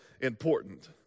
important